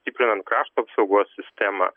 stiprinant krašto apsaugos sistemą